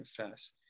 confess